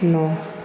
न'